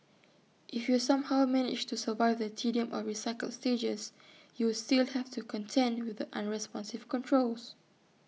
if you somehow manage to survive the tedium of recycled stages you still have to contend with the unresponsive controls